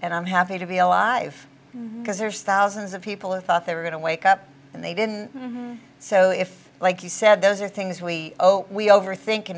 and i'm happy to be alive because there's thousands of people who thought they were going to wake up and they didn't so if like you said those are things we owe we over thinking